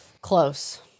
Close